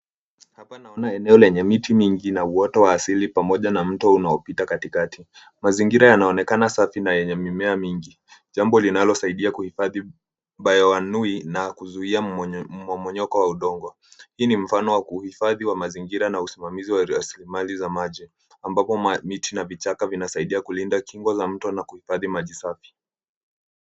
Hapa naona eneo lenye miti mingi na uoto wa asili pamoja na mto unaopita katikati. Mazingira yanaonekana safi na yenye mimea mingi, jambo linalosaidia kuhifadhi bayoanui na kuzuia mmomonyoko wa udongo. Hii ni mfano wa kuhifadhi wa mazingira na usimamizi wa rasilimali za maji, ambapo miti na vichaka vinasaidia kulinda kingo za mito na kuhifadhi maji safi.